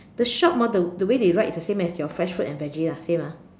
the shop ah the the way they write is the same as your fresh fruit and veggies lah same ah